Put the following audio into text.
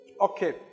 Okay